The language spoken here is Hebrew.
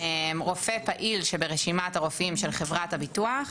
רופא פעיל שברשימת הרופאים של חברת הביטוח